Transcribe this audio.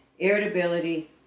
irritability